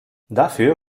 dafür